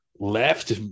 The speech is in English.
left